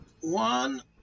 one